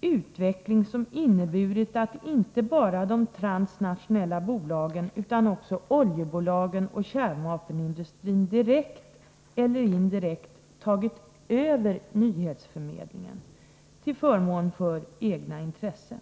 utveckling som har inneburit att inte bara de transnationella bolagen utan också oljebolagen och kärnvapenindustrin direkt eller indirekt tagit över nyhetsförmedlingen till förmån för egna intressen.